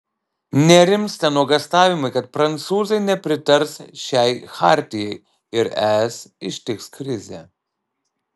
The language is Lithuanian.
nerimsta nuogąstavimai kad prancūzai nepritars šiai chartijai ir es ištiks krizė